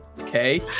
Okay